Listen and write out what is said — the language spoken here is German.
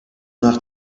nach